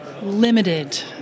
Limited